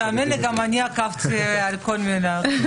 תאמין לי שגם אני עקבתי אחרי כל מילה.